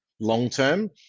long-term